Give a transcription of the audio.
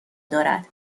دارد